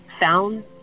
found